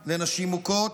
מקלטים לנשים מוכות